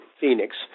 Phoenix